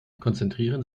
konzentrieren